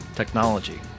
technology